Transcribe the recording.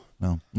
No